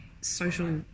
Social